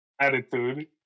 attitude